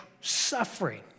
suffering